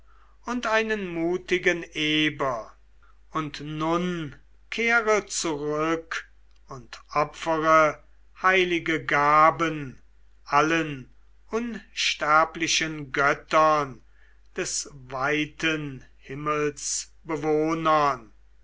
und einen mutigen eber und nun kehre zurück und opfere heilige gaben allen unsterblichen göttern des weiten himmels